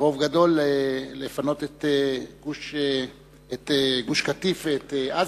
ברוב גדול, לפנות את גוש-קטיף, את עזה,